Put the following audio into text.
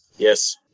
Yes